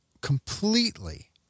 completely